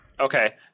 Okay